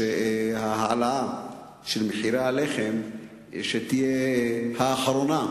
שההעלאה של מחירי הלחם תהיה האחרונה,